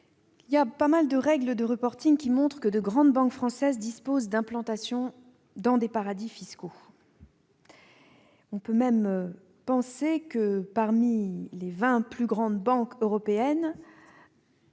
nombreuses règles de reporting montrent que de grandes banques françaises disposent d'implantations dans des paradis fiscaux. On peut même penser que les vingt plus grandes banques européennes